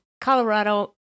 Colorado